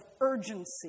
urgency